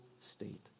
state